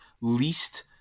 least